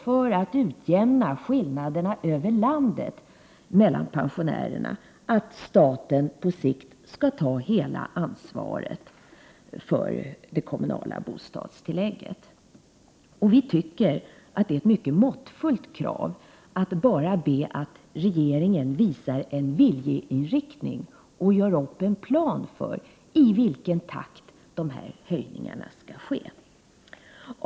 För att utjämna skillnaderna över landet mellan pensionärerna tycker vi att staten på sikt skall ta hela ansvaret för det kommunala bostadstillägget. Vi tycker att det är ett mycket måttligt krav att bara be att regeringen visar en viljeinriktning och gör upp en plan för i vilken takt höjningarna skall ske.